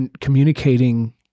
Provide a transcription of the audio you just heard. communicating